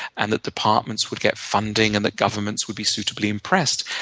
and the departments would get funding, and the governments would be suitably impressed.